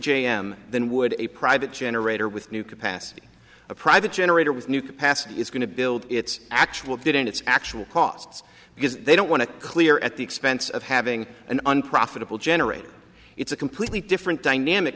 j m than would a private generator with new capacity a private generator with new capacity is going to build its actual didn't its actual costs because they don't want to clear at the expense of having an unprofitable generator it's a completely different dynamic